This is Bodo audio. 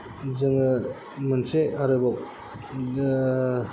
जोङो मोनसे आरोबाव